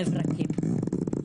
מברקית.